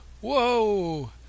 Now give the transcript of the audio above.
Whoa